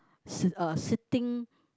si~ uh sitting